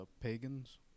pagans